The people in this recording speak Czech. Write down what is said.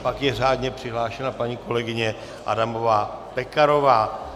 Pak je řádně přihlášena paní kolegyně Adamová Pekarová.